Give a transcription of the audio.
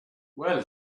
well